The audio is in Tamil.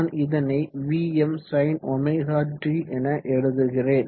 நான் இதனை Vmsinωt என எழுதுகிறேன்